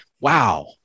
wow